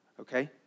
okay